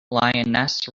lioness